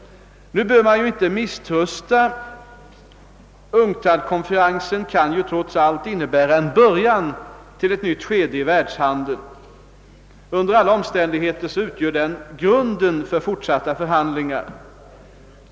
Nu bör man kanske inte misströsta; UNCTAD-konferensen kan trots allt innebära en början till ett nytt skede i världshandeln. Under alla omständigheter utgör den grunden för fortsatta förhandlingar.